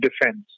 defense